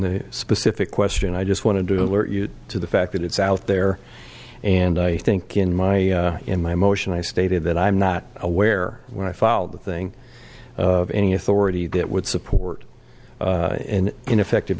the specific question i just want to do alert you to the fact that it's out there and i think in my in my motion i stated that i'm not aware when i filed the thing any authority that would support in ineffect